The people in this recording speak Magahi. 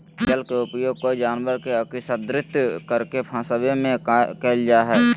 जल के उपयोग कोय जानवर के अक्स्र्दित करके फंसवे में कयल जा हइ